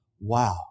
Wow